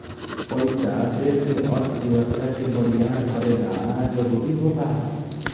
पइसा देश के अर्थव्यवस्था के बरियार करे ला जरुरी होला